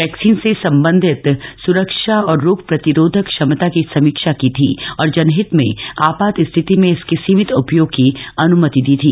vaccine से संबंधित सुरक्षा और रोग प्रतिरोग क्षमता की समीक्षा की थी और जनहित में आपात स्थिति में इसके सीमित उपयोग की अनुमति दी थी